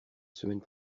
semaine